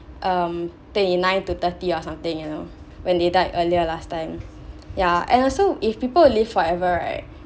um twenty nine to thirty or something you know when they died earlier last time ya and also if people live forever right